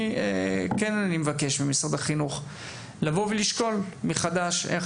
אני כן מבקש ממשרד החינוך לבוא ולשקול מחדש איך